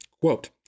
Quote